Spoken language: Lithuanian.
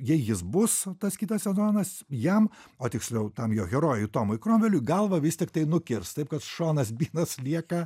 jei jis bus tas kitas sezonas jam o tiksliau tam jo herojui tomui kromveliui galvą vis tiktai nukirs taip kad šonas bynas lieka